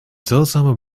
zeldzame